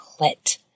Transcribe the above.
clit